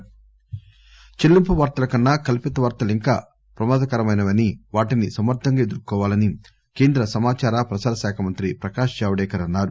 I and B చెల్లింపు వార్తల కన్నా కల్పిత వార్తలు ఇంకా ప్రమాదకరమైనవని వాటిని సమర్గంగా ఎదుర్కోవాలని కేంద్ర సమాచార ప్రసార శాఖ మంత్రి ప్రకాశ్ జవదేకర్ అన్పారు